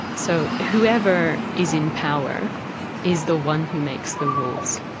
so whoever is in power is the one who makes the rules.